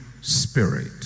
Spirit